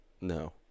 No